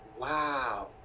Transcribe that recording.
Wow